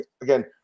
again